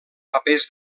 papers